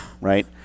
right